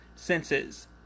senses